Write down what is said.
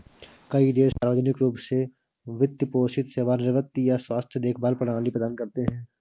कई देश सार्वजनिक रूप से वित्त पोषित सेवानिवृत्ति या स्वास्थ्य देखभाल प्रणाली प्रदान करते है